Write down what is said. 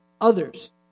others